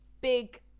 big